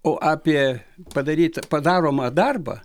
o apie padaryt padaromą darbą